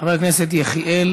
חבר הכנסת יחיאל